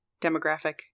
demographic